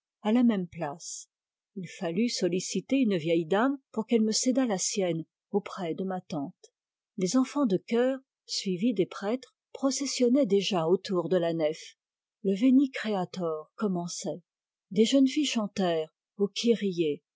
à la même place il fallut solliciter une vieille dame pour qu'elle me cédât la sienne auprès de ma tante les enfants de chœur suivis des prêtres processionnaient déjà autour de la nef le veni creator commençait des jeunes filles chantèrent au kyrie